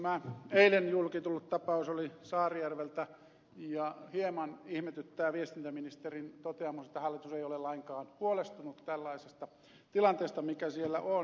tämä eilen julki tullut tapaus oli saarijärveltä ja hieman ihmetyttää viestintäministerin toteamus että hallitus ei ole lainkaan huolestunut tällaisesta tilanteesta mikä siellä on